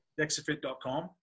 Dexafit.com